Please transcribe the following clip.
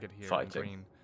fighting